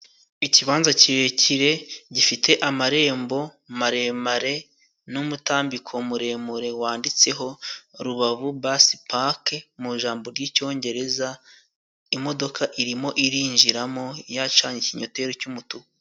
Ikibanza kirekire gifite amarembo maremare n'umutambiko muremure wanditseho "Rubavu basi pake" mu ijambo ry'icyongereza. Imodoka irimo irinjiramo yacanye ikinyoteri cy'umutuku.